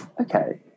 okay